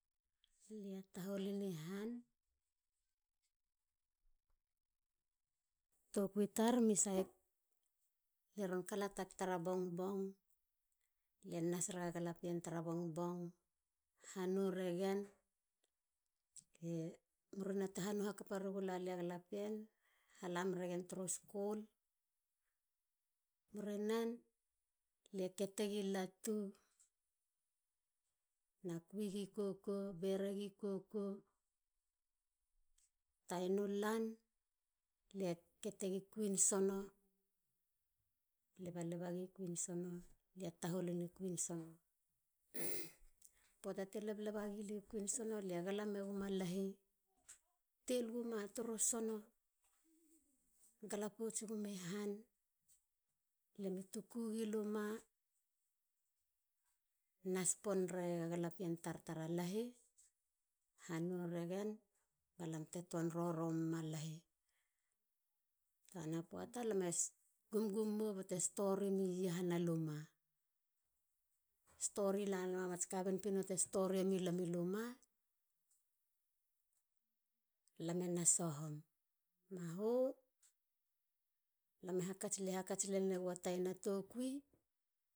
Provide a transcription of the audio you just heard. Lia tahol ni han. tokwi tra alie ron kalatak tara bongbong lie ron nas raga galapien tara bongbong han noh ragen. hannoh hakapa ragen hala meragien turu skul. muri nen lie kete gi latu na kwi gi koko bere gi koko. tainu lan kete gi kwin sono. lebaleba gi kwin sono. lia tahol lini kwin sono. poata te leba megi sono lie gala meguma lahi. tel guma turu sono. gala pots gumi han. tuku gi luma nas pon raga galapien tar. tara lahi. hannoh ragenbalam te ton rorom ma lahi. tana poata lame gumgum mo bate stori mi ahana luma. stori lanama ka pinpino te stori eri luma. lame na sohom. mahu lie hakats lene gua tana tokwi,